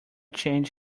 change